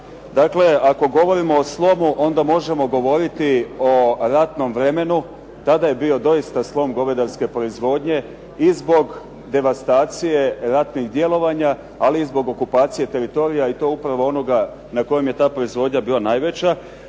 Dakle, ako govorimo o slomu onda možemo govoriti o ratnom vremenu. Tada je bio doista slom govedarske proizvodnje i zbog devastacije ratnih djelovanja, ali i zbog okupacije teritorija i to upravo onoga na kojem je ta proizvodnja bila najveća.